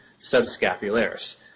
subscapularis